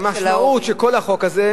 המשמעות של החוק הזה,